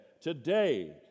today